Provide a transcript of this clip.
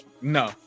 No